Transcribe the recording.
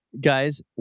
Guys